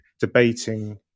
debating